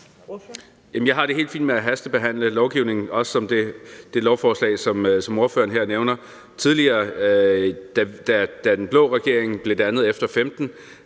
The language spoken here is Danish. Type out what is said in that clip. Jeg har det helt fint med at hastebehandle lovgivningen, også i forbindelse med det lovforslag, som ordføreren her nævner. Tidligere, da den blå regering blev dannet efter 2015,